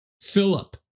Philip